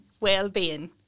well-being